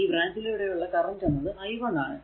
ഈ ബ്രാഞ്ചിലൂടെ ഉള്ള കറന്റ് എന്നത് i 1 ആണ്